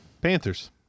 Panthers